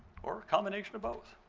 or a combination of both.